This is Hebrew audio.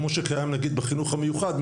כמו שקיים בחינוך המיוחד,